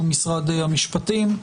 שהוא משרד המשפטים,